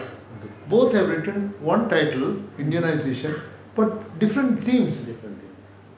both have written one title indianization but different themes